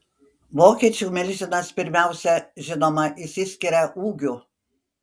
vokiečių milžinas pirmiausia žinoma išsiskiria ūgiu